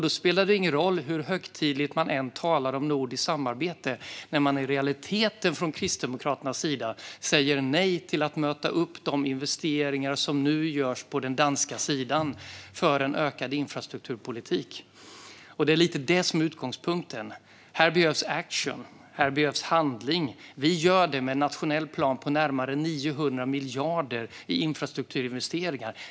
Då spelar det ingen roll hur högtidligt man än talar om nordiskt samarbete när man i realiteten från Kristdemokraternas sida säger nej till att möta upp de investeringar som nu görs på den danska sidan för en ökad infrastrukturpolitik. Det är lite grann det som är utgångspunkten. Här behövs action. Här behövs handling. Vi gör det med en nationell plan på närmare 900 miljarder i infrastrukturinvesteringar.